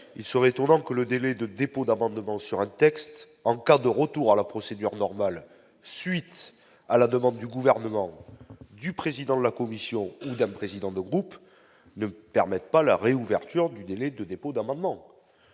il serait étonnant que le délai de dépôt d'amendements sera de texte en cas de retour à la procédure normale, suite à la demande du gouvernement du président de la commission d'un président de groupe ne permettent pas la réouverture du délai de dépôt d'amendements,